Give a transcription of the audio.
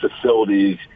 facilities